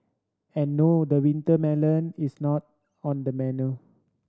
and no the winter melon is not on the menu